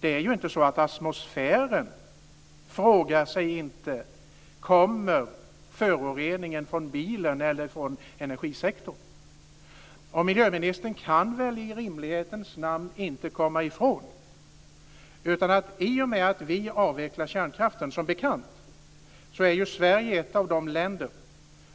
Det är ju inte så att atmosfären frågar sig: Kommer föroreningen från bilen eller från energisektorn? Miljöministern kan väl i rimlighetens namn inte komma ifrån att Sverige är ett av de länder